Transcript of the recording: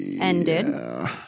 ended